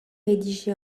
rédigé